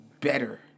better